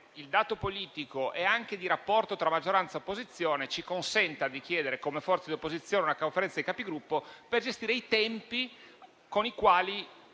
il dato politico e anche il rapporto tra maggioranza e opposizione ci consentano di chiedere come forza di opposizione la convocazione della Conferenza dei Capigruppo per gestire i tempi con i quali